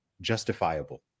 justifiable